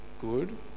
good